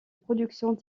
productions